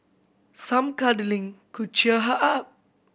some cuddling could cheer her up